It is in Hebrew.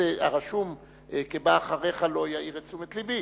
הרשום כבא אחריך לא יעיר את תשומת לבי,